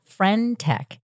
FriendTech